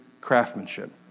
craftsmanship